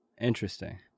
Interesting